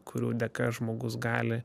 kurių dėka žmogus gali